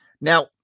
Now